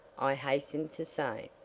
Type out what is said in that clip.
i hastened to say.